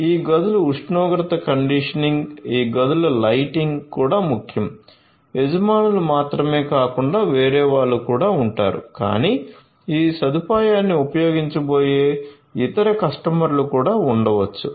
ఈ గదుల ఉష్ణోగ్రత కండిషనింగ్ ఈ గదుల లైటింగ్ కూడా ముఖ్యం యజమానులు మాత్రమే కాకుండా వేరే వాళ్ళు కూడా ఉంటారు కానీ ఈ సదుపాయాన్ని ఉపయోగించబోయే ఇతర కస్టమర్లు కూడా ఉండవచ్చు